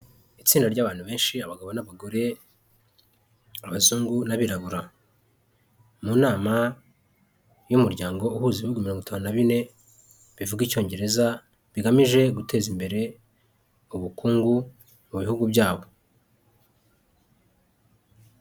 Itsinda ry'bantu benshi abagabo n'abagore, abazungu n'abirabura, mu nama y'umuryango uhuza ibihugu mirongo itanu na bine bivuga icyongereza, bigamije guteza imbere ubukungu mu bihugu byabo.